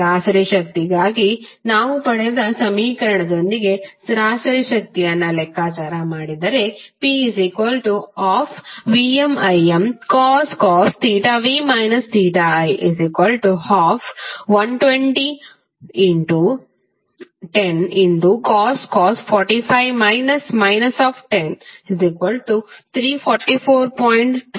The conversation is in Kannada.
ಸರಾಸರಿ ಶಕ್ತಿಗಾಗಿ ನಾವು ಪಡೆದ ಸಮೀಕರಣದೊಂದಿಗೆ ಸರಾಸರಿ ಶಕ್ತಿಯನ್ನು ಲೆಕ್ಕಾಚಾರ ಮಾಡಿದರೆ P12VmImcos θv θi 1212010cos 45 10 344